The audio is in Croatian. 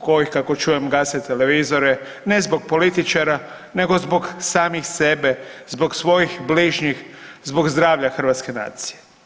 kojih kako čujem gase televizore, ne zbog političara nego zbog samih sebe, zbog svojih bližnjih, zbog zdravlja hrvatske nacije.